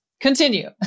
Continue